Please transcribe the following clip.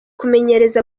kumenyereza